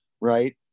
right